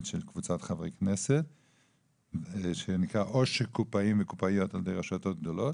של קבוצת חברי כנסת שנקרא עושק קופאים וקופאיות על ידי רשתות גדולות.